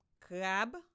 Crab